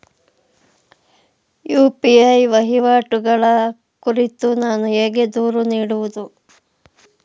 UPI ವಹಿವಾಟುಗಳ ಕುರಿತು ನಾನು ಹೇಗೆ ದೂರು ನೀಡುವುದು?